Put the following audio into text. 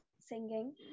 singing